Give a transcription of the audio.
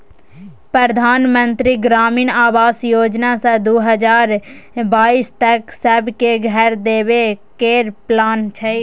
परधान मन्त्री ग्रामीण आबास योजना सँ दु हजार बाइस तक सब केँ घर देबे केर प्लान छै